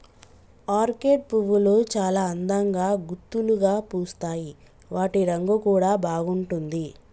orchid పువ్వులు చాల అందంగా గుత్తులుగా పూస్తాయి వాటి రంగు కూడా బాగుంటుంది